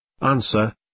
Answer